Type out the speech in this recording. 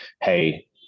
Hey